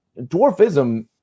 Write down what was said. dwarfism